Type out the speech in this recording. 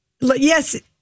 yes